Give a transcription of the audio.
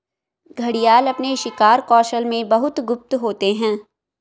घड़ियाल अपने शिकार कौशल में बहुत गुप्त होते हैं